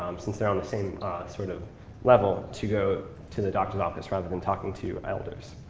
um since they're on the same sort of level, to go to the doctor's office, rather than talking to elders.